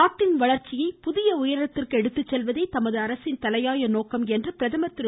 நாட்டின் வளர்ச்சியை புதிய உயரத்திற்கு எடுத்துச் செல்வதே தமது அரசின் தலையாய நோக்கம் என பிரதமர் திரு